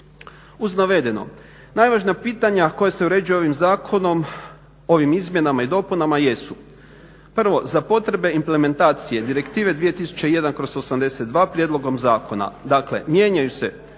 Uz navedeno najvažnija pitanja koja se uređuju ovim zakonom, ovim izmjenama i dopunama jesu. Prvo za potrebe implementacije Direktive 2001/82 prijedlogom zakona dakle mijenjaju se